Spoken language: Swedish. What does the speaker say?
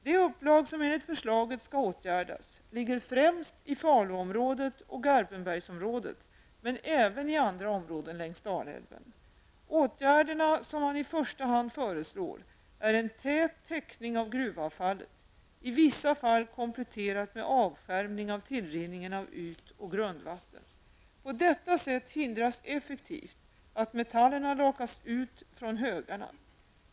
De upplag som enligt förslaget skall åtgärdas ligger främst i Faluområdet och Garpenbergs området men även i andra områden längs Dalälven. Åtgärderna som man i första hand föreslår är en tät täckning av gruvavfallet, i vissa fall kompletterat med avskärmning av tillrinningen av yt och grundvatten. På detta sätt hindras effektivt att metallerna lakas ut från högarna.